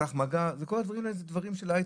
מסך מגע וכל הדברים האלה, זה דברים של הייטק.